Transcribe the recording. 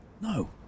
No